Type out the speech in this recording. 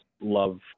love